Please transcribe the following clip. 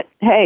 hey